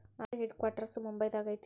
RBI headquarters ಮುಂಬೈದಾಗ ಐತಿ